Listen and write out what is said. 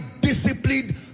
disciplined